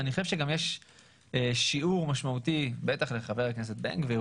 אני חושב שיש שיעור משמעותי בטח לחבר הכנסת בן גביר,